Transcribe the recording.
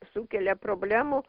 sukelia problemų